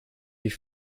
die